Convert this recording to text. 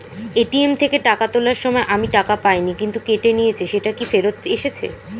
ATM থেকে টাকা তোলার সময় আমি টাকা পাইনি কিন্তু কেটে নিয়েছে সেটা কি ফেরত এসেছে?